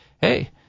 hey